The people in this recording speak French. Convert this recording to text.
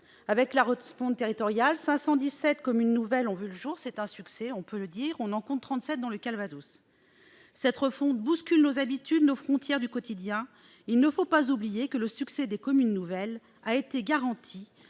Avec la refonte territoriale, 517 communes nouvelles ont vu le jour- c'est un succès, on peut le dire -, et on en compte 37 dans le Calvados. Cette refonte bouscule nos habitudes, nos frontières du quotidien et il ne faut pas oublier que le succès des communes nouvelles a été garanti